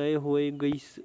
तय होए गइस